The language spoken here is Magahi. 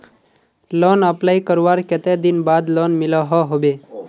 लोन अप्लाई करवार कते दिन बाद लोन मिलोहो होबे?